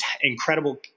incredible